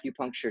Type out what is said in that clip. acupuncture